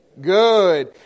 Good